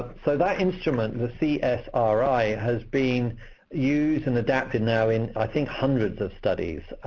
so that instrument, the csri, has been used and adapted now in i think hundreds of studies.